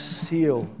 seal